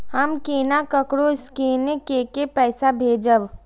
हम केना ककरो स्केने कैके पैसा भेजब?